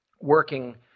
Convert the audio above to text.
working